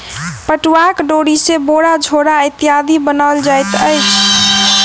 पटुआक डोरी सॅ बोरा झोरा इत्यादि बनाओल जाइत अछि